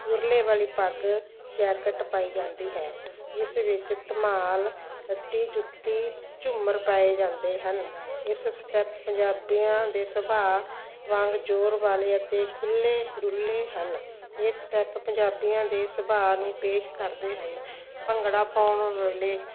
ਤੁਰਲੇ ਵਾਲੀ ਪੱਗ ਜੈਕਟ ਪਾਈ ਜਾਂਦੀ ਹੈ ਇਸ ਵਿੱਚ ਧਮਾਲ ਕੱਢੀ ਜੁੱਤੀ ਝੂਮਰ ਪਾਏ ਜਾਂਦੇ ਹਨ ਇਸ ਸਟੈਪ ਪੰਜਾਬੀਆਂ ਦੇ ਸੁਭਾਅ ਵਾਂਗ ਜ਼ੋਰ ਵਾਲੇ ਅਤੇ ਖੁੱਲ੍ਹੇ ਡੁੱਲੇ ਹਨ ਇਹ ਸਟੈਪ ਪੰਜਾਬੀਆਂ ਦੇ ਸੁਭਾਅ ਨੂੰ ਪੇਸ਼ ਕਰਦੇ ਹਨ ਭੰਗੜਾ ਪਾਉਣ ਵੇਲੇ